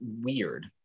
weird